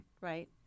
right